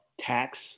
tax